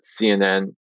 CNN